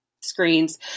screens